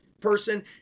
person